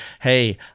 Hey